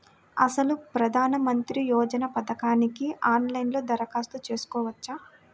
అసలు ప్రధాన మంత్రి యోజన పథకానికి ఆన్లైన్లో దరఖాస్తు చేసుకోవచ్చా?